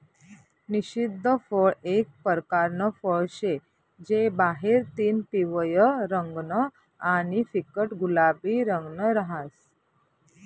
निषिद्ध फळ एक परकारनं फळ शे जे बाहेरतीन पिवयं रंगनं आणि फिक्कट गुलाबी रंगनं रहास